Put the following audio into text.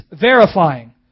Verifying